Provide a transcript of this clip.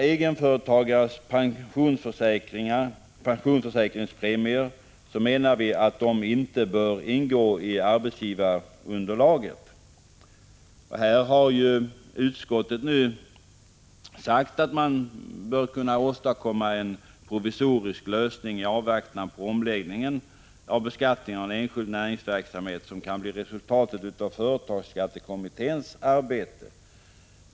Egenföretagarens pensionsförsäkringspremier bör inte ingå i arbetsgivaravgiftsunderlaget. Utskottet har nu sagt att man bör kunna åstadkomma en provisorisk lösning i avvaktan på den omläggning av beskattningen av enskild näringsverksamhet, som kan bli resultatet av företagsskattekommitténs arbete.